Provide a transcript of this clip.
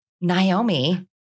Naomi